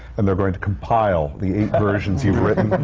and they're going to compile the eight versions you've written